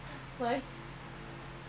that's why